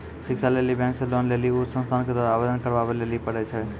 शिक्षा लेली बैंक से लोन लेली उ संस्थान के द्वारा आवेदन करबाबै लेली पर छै?